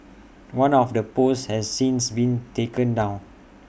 one of the posts has since been taken down